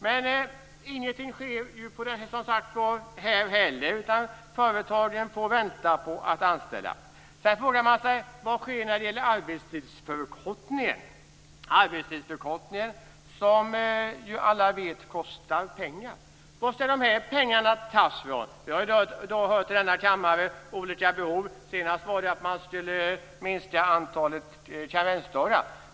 Men ingenting sker här heller, utan företagen får vänta på att anställa. Den kostar, som ju alla vet, pengar. Varifrån ska de pengarna tas? Vi har i dag hört i denna kammare olika bud. Senaste var att man skulle minska antalet karensdagar.